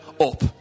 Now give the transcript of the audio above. up